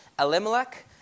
Elimelech